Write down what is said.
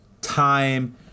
time